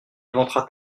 ventre